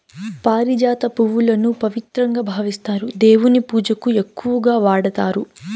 పారిజాత పువ్వులను పవిత్రంగా భావిస్తారు, దేవుని పూజకు ఎక్కువగా వాడతారు